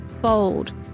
bold